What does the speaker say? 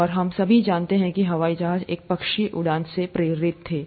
और हम सभी जानते हैं कि हवाई जहाज एक पक्षी उड़ान से प्रेरित थे